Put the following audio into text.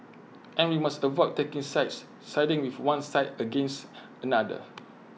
and we must avoid taking sides siding with one side against another